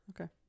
Okay